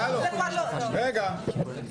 רגע.